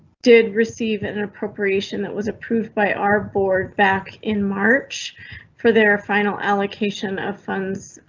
did receive and an appropriation that was approved by our board back in march for their final allocation of funds.